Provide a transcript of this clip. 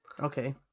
Okay